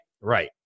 Right